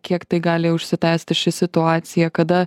kiek tai gali užsitęsti ši situacija kada